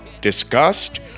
disgust